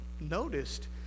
noticed